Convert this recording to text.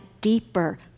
deeper